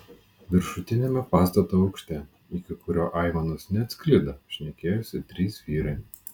viršutiniame pastato aukšte iki kurio aimanos neatsklido šnekėjosi trys vyrai